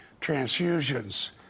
transfusions